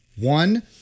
One